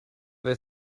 her